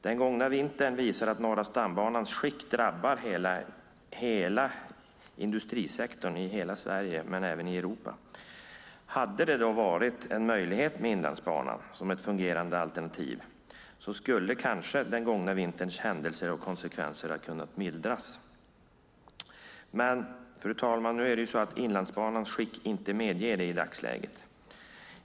Den gångna vintern visar att Norra stambanans skick drabbar hela industrisektorn i hela Sverige men även i Europa. Hade det då varit en möjlighet med Inlandsbanan som ett fungerande alternativ skulle kanske den gångna vinterns händelser och konsekvenser ha kunnat mildras. Men, fru talman, Inlandsbanans skick medger inte det i dagsläget.